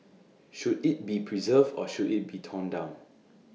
should IT be preserved or should IT be torn down